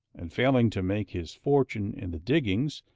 and, failing to make his fortune in the diggings,